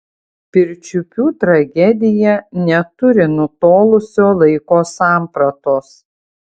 pirčiupių tragedija neturi nutolusio laiko sampratos